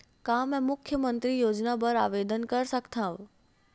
का मैं मुख्यमंतरी योजना बर आवेदन कर सकथव?